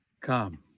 come